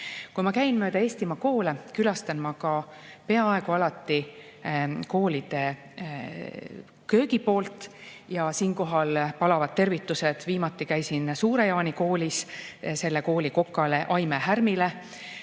Kui ma käin mööda Eestimaa koole, külastan ma peaaegu alati koolide köögipoolt. Siinkohal palavad tervitused – viimati käisin Suure-Jaani Koolis – selle kooli kokale, Aime Härmile.